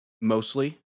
mostly